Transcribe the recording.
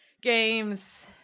games